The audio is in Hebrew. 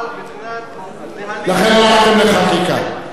אבל לפני, לכן הלכתם לחקיקה.